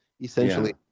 essentially